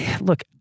Look